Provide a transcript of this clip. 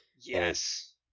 Yes